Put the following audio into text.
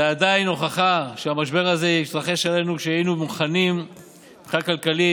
זה עדיין הוכחה שהמשבר הזה התרחש עלינו כשהיינו מוכנים מבחינה כלכלית.